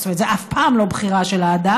זאת אומרת זה אף פעם לא בחירה של האדם.